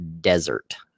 desert